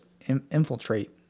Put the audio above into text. infiltrate